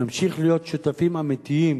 נמשיך להיות שותפים אמיתיים